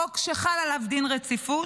חוק שחל עליו דין רציפות,